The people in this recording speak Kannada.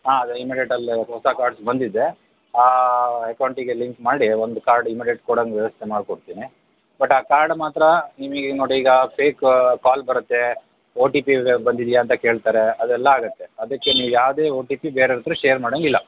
ಹಾಂ ಅದು ಇಮ್ಮಿಡಿಯೇಟಲ್ಲಿ ಹೊಸ ಕಾರ್ಡ್ಸ್ ಬಂದಿದೆ ಆ ಅಕೌಂಟಿಗೆ ಲಿಂಕ್ ಮಾಡಿ ಒಂದು ಕಾರ್ಡ್ ಇಮ್ಮಿಡಿಯೇಟ್ ಕೊಡಂಗ್ ವ್ಯವಸ್ಥೆ ಮಾಡಿ ಕೊಡ್ತೀನಿ ಬಟ್ ಆ ಕಾರ್ಡ್ ಮಾತ್ರ ನೀವು ಈಗ ನೋಡಿ ಈಗ ಫೇಕ್ ಕಾಲ್ ಬರುತ್ತೆ ಓ ಟಿ ಪಿ ಬಂದಿದೆಯಾ ಅಂತ ಕೇಳ್ತಾರೆ ಅದೆಲ್ಲ ಆಗತ್ತೆ ಅದಕ್ಕೆ ನೀವು ಯಾವುದೇ ಓ ಟಿ ಪಿ ಬೇರೆಯವರ ಹತ್ತಿರ ಶೇರ್ ಮಾಡಂಗಿಲ್ಲ